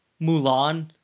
Mulan